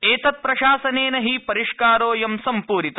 एतत् प्रशासनेन हि परिष्कारोऽयं सम्प्रित